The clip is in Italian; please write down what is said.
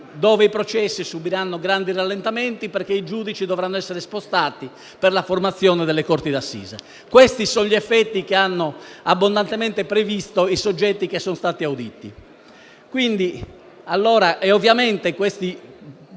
dove i processi subiranno grandi rallentamenti perché i giudici dovranno essere spostati per la formazione delle corti d'assise. Questi sono gli effetti che hanno abbondantemente previsto i soggetti che sono stati auditi.